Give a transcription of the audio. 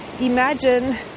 imagine